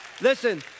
Listen